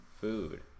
food